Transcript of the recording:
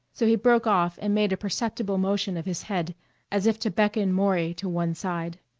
so he broke off and made a perceptible motion of his head as if to beckon maury to one side.